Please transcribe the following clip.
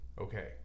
Okay